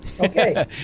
Okay